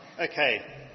Okay